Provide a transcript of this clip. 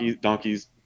donkeys